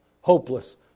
hopeless